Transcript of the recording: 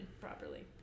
properly